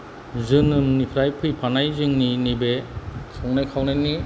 जोनोमनिफ्राय फैफानाय जोंनि नैबे संनाय खावनायनि